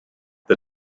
the